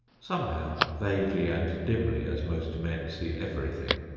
somehow, vaguely and dimly as most men see everything,